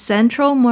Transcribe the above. Central